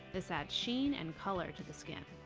this adds sheen and color to the skin.